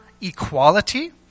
equality